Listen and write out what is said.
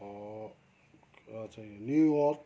चाहिँ न्युयोर्क